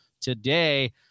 today